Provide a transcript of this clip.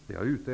Herr talman!